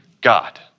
God